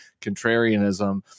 contrarianism